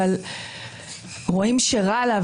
אבל רואים שרע לה,